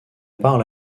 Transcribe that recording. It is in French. parle